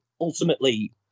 ultimately